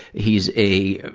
he's a